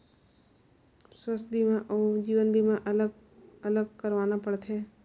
स्वास्थ बीमा अउ जीवन बीमा अलग अलग करवाना पड़थे?